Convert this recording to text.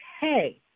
hey